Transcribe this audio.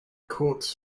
courts